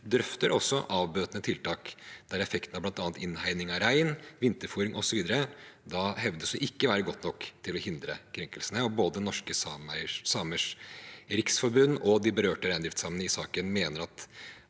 drøfter også avbøtende tiltak, der effekten av bl.a. innhegning av rein, vinterfôring osv. hevdes ikke å være godt nok til å hindre krenkelsene, og både Norske Samers Riksforbund og de berørte reindriftssamene i saken mener at